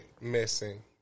missing